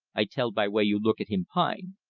i tell by way you look at him pine.